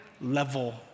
level